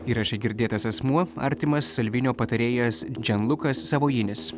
įraše girdėtas asmuo artimas salvinio patarėjas dženlukas savojinis